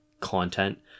content